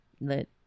Let